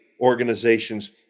organizations